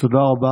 תודה רבה.